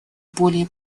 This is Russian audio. более